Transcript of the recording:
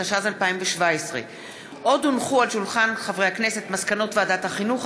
התשע"ז 2017. מסקנות ועדת החינוך,